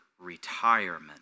retirement